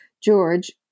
George